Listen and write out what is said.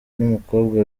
n’umukobwa